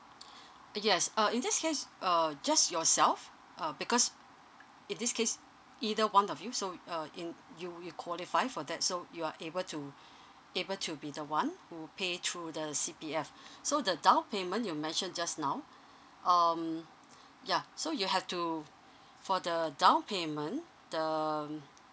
yes uh in this case uh just yourself uh because in this case either one of you so uh in you you're qualify for that so you're able to able to be the one who pay through the C_P_F so the down payment you mentioned just now um yeah so you have to for the down payment the um